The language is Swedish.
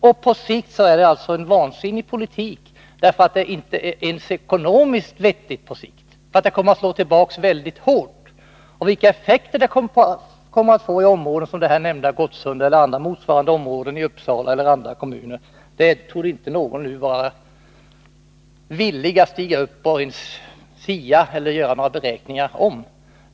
Och på sikt är det fråga om en vansinnig politik, därför att den inte ens ekonomiskt är vettig, eftersom det kommer att bli effekter som slår tillbaka mycket hårt. Vilka följder det blir i ett område som det nämnda, Gottsunda, eller andra motsvarande områden i Uppsala eller andra kommuner torde inte någon nu vara villig att framföra beräkningar om.